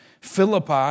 Philippi